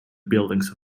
buildings